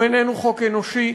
הוא איננו חוק אנושי,